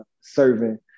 serving